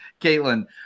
Caitlin